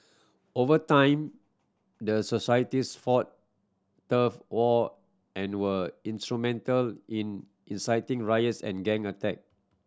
over time the societies fought turf war and were instrumental in inciting riots and gang attack